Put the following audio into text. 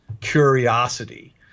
curiosity